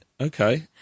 okay